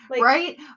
Right